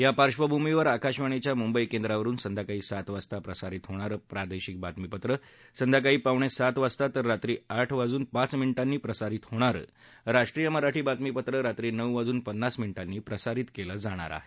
या पार्श्वभूमीवर आकाशवाणीच्या मुंबई केंद्रावरुन संध्याकाळी सात वाजता प्रसारित होणारं प्रादेशिक बातमीपत्र संध्याकाळी पावणेसात वाजता तर रात्री आठ वाजून पाच मिनिध्मी प्रसारित होणारं राष्ट्रीय मराठी बातमीपत्र रात्री नऊ वाजून पन्नास मिनिध्मी प्रसारित केलं जाणार आहे